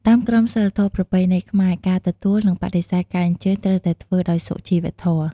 តាមក្រមសីលធម៌ប្រពៃណីខ្មែរ ការទទួលនិងបដិសេធការអញ្ជើញត្រូវតែធ្វើដោយសុជីវធម៌។